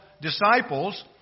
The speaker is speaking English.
disciples